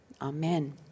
amen